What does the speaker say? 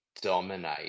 dominate